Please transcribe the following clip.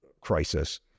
crisis